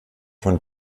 von